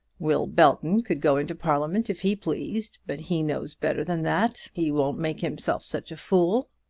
will belton could go into parliament if he pleased, but he knows better than that. he won't make himself such a fool.